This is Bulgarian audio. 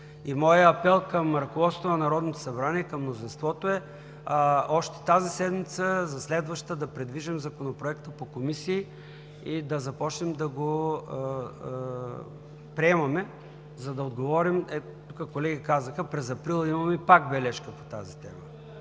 Моят апел към ръководството на Народното събрание и към мнозинството е още тази седмица за следваща да придвижим Законопроекта по комисии и да започнем да го приемаме, за да отговорим. Тук колеги казаха, че през месец април имаме пак бележка по тази тема,